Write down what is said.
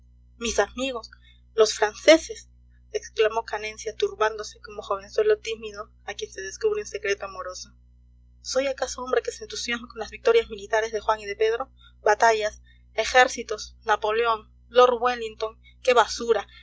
mis amigos los franceses exclamó canencia turbándose como jovenzuelo tímido a quien se descubre un secreto amoroso soy acaso hombre que se entusiasma con las victorias militares de juan y de pedro batallas ejércitos napoleón lord wellington qué basura